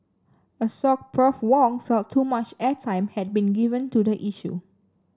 Assoc Prof Wong felt too much airtime had been given to the issue